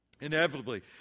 Inevitably